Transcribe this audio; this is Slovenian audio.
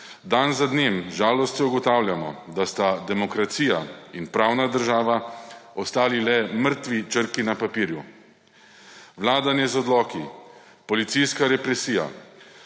Dan za dnem z žalostjo ugotavljamo, da sta demokracija in pravna država ostali le mrtvi črki na papirju. Vladanje z odloki, policijska represija,